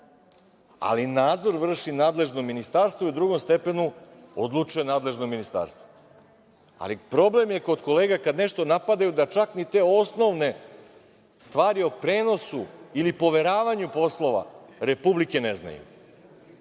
ali nadzor vrši nadležno ministarstvo i u drugom stepenu odlučuje nadležno ministarstvo. Ali, problem je kod kolega, kada nešto napadaju da, čak ni te osnovne stvari o prenosu ili poveravanju poslova Republike ne znaju.